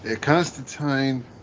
Constantine